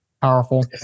Powerful